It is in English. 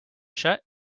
shut